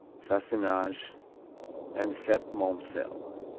sassenage and septmoncel.